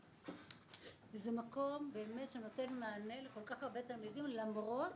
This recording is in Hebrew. זה מקום באמת שנותן מענה לכל כך הרבה תלמידים למרות